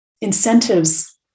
incentives